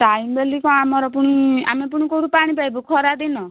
time ବୋଲି କ'ଣ ଆମର ପୁଣି ଆମେ ପୁଣି କେଉଁଠୁ ପାଣି ପାଇବୁ ଖରା ଦିନ